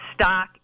stock